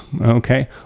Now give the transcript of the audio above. okay